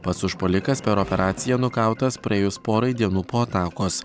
pats užpuolikas per operaciją nukautas praėjus porai dienų po atakos